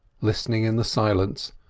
listening in the silence,